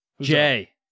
Jay